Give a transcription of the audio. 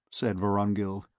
said vorongil,